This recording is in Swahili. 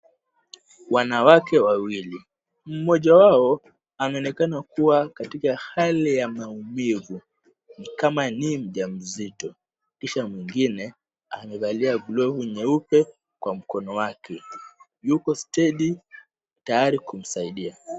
Wanawake wawili, Mmoja wao anaonekana kuwa katika hali ya maumivu, ni kama ni mjamzito, kisha mwingine amevalia glove nyeupe kwa mkono wake. Yuko standby tayari kumsaidia.